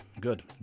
Good